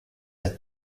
date